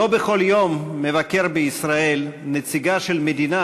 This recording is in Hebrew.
לא בכל יום מבקר בישראל נציגה של מדינה